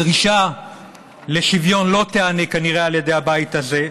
הדרישה לשוויון לא תיענה כנראה על ידי הבית הזה,